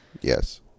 yes